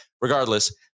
regardless